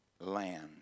land